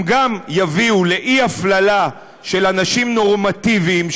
גם יביאו לאי-הפללה של אנשים נורמטיביים,